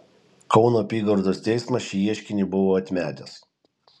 kauno apygardos teismas šį ieškinį buvo atmetęs